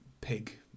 pig